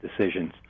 decisions